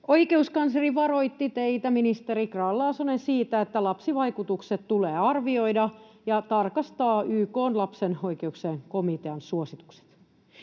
Oikeuskansleri varoitti teitä, ministeri Grahn-Laasonen, siitä, että lapsivaikutukset tulee arvioida ja tarkastaa YK:n lapsen oikeuksien komitean suositukset.